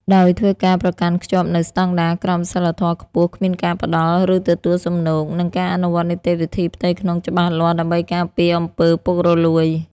ដោយធ្វើការប្រកាន់ខ្ជាប់នូវស្តង់ដារក្រមសីលធម៌ខ្ពស់ គ្មានការផ្ដល់ ឬទទួលសំណូក និងការអនុវត្តនីតិវិធីផ្ទៃក្នុងច្បាស់លាស់ដើម្បីការពារអំពើពុករលួយ។